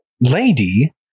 lady